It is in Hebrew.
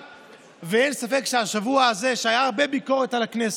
אין ספק שהשבוע הזה, הייתה הרבה ביקורת על הכנסת,